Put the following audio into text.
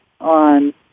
on